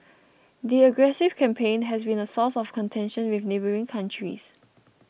the aggressive campaign has been a source of contention with neighbouring countries